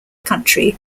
country